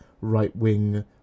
right-wing